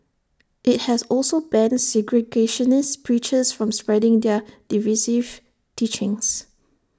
IT has also banned segregationist preachers from spreading their divisive teachings